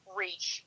reach